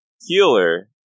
Healer